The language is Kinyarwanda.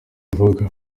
avuga